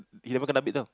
you never kena beat tau